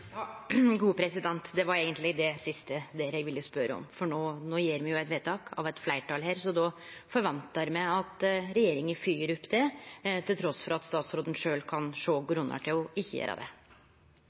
Det var eigentleg det siste der eg ville spørje om, for no gjer eit fleirtal her eit vedtak, og då forventar me at regjeringa fylgjer opp det, trass i at statsråden sjølv kan sjå